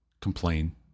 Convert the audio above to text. complain